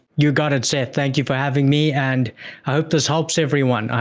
you got to seth, thank you for having me, and i hope this helps everyone.